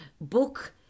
book